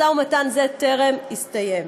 משא ומתן זה טרם הסתיים.